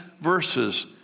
verses